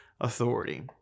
authority